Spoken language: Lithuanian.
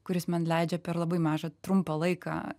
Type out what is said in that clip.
kuris man leidžia per labai mažą trumpą laiką